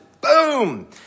boom